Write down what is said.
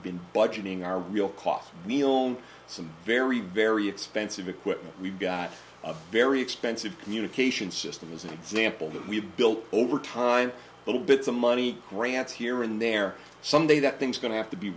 been budgeting our real cost me on some very very expensive equipment we've got a very expensive communication system as an example that we've built over time little bits of money grants here in there someday that thing's going to have to be